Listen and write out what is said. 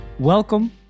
Welcome